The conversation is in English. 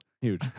Huge